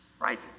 right